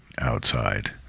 outside